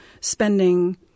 spending